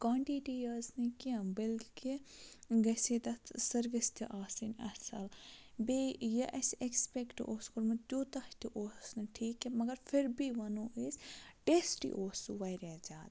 quantity ٲس نہٕ کینٛہہ بٔلکہِ گَژھِ ہے تَتھ سٔروِس تہِ آسٕنۍ اَصٕل بیٚیہِ یہِ اَسہِ ایٚکٕسپیٚکٹ اوس کوٚرمُت تیوٗتاہ تہِ اوس نہٕ ٹھیٖک کینٛہہ مگر پھر بھی وَنو أسۍ ٹیسٹی اوس سُہ واریاہ زیادٕ